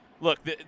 Look